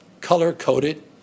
color-coded